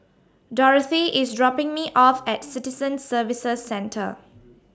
Dorothy IS dropping Me off At Citizen Services Centre